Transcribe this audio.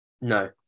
No